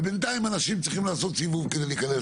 ובינתיים אנשים צריכים לעשות סיבוב כדי להיכנס